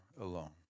alone